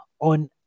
on